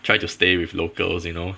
try to stay with locals you know